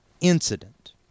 incident